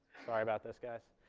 sorry about this, guys.